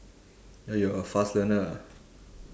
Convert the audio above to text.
oh you're a fast learner ah